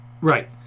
Right